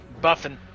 Buffing